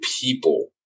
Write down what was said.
people